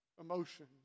emotion